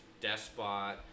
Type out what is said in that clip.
Despot